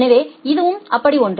எனவே இதுவும் அப்படி ஒன்று